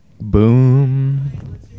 Boom